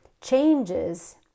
changes